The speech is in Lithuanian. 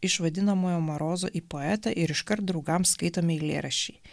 iš vadinamojo marozo į poetą ir iškart draugams skaitomi eilėraščiai